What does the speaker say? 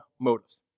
motives